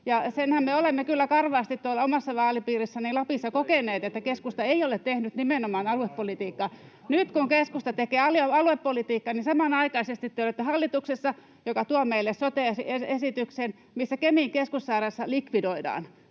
senhän me olemme kyllä karvaasti tuolla omassa vaalipiirissäni Lapissa kokeneet, että keskusta ei ole tehnyt nimenomaan aluepolitiikkaa. Nyt, kun keskusta tekee aluepolitiikkaa, samanaikaisesti te olette hallituksessa, joka tuo meille sote-esityksen, missä Kemin keskussairaalassa likvidoidaan.